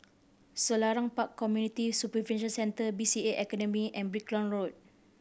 Selarang Park Community Supervision Center B C A Academy and Brickland Road